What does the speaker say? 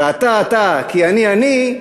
ואתה ואתה כי אני אני,